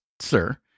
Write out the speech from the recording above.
sir